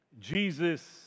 Jesus